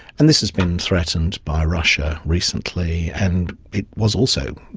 and this has been threatened by russia recently and it was also,